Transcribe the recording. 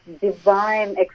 divine